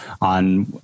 on